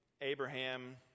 Abraham